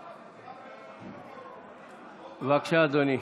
בבקשה, אדוני.